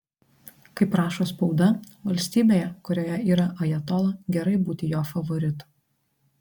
kaip rašo spauda valstybėje kurioje yra ajatola gerai būti jo favoritu